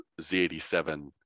Z87